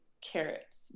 carrots